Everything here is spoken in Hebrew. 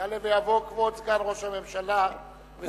יעלה ויבוא כבוד סגן ראש הממשלה ושר